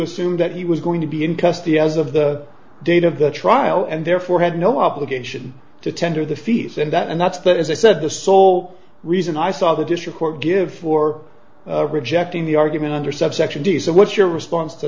assume that he was going to be in custody as of the date of the trial and therefore had no obligation to tender the fees and that and that's but as i said the sole reason i saw the district court give for rejecting the argument under subsection do so what's your response to